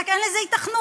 רק אין לזה היתכנות.